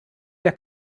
der